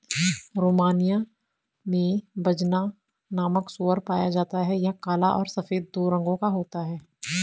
Romania में Bazna नामक सूअर पाया जाता है यह काला और सफेद दो रंगो का होता है